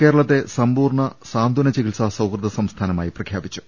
കേരളത്തെ സമ്പൂർണ സാന്ത്വന ചിക്ടിത്സാ സൌഹൃദസം സ്ഥാനമായി പ്രഖ്യാപിച്ചു